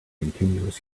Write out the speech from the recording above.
continuous